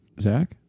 Zach